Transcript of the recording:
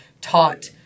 taught